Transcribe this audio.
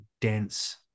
dense